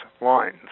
lines